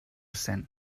cent